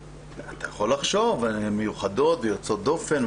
אתה יכול לחשוב, מיוחדות ויוצאות דופן.